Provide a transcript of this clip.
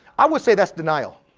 i would say, that's denial.